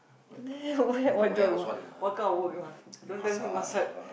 then where what job you want what kind of work you want don't tell me massage